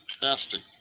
fantastic